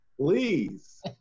Please